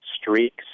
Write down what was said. streaks